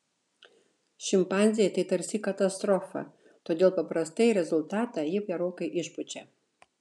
šimpanzei tai tarsi katastrofa todėl paprastai rezultatą ji gerokai išpučia